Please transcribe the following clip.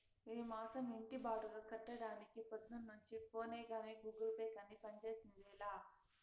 ఈ మాసం ఇంటి బాడుగ కట్టడానికి పొద్దున్నుంచి ఫోనే గానీ, గూగుల్ పే గానీ పంజేసిందేలా